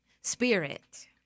spirit